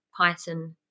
python